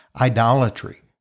idolatry